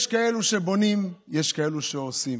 יש כאלה שבונים, יש כאלה שהורסים,